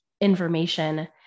information